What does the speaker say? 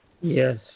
Yes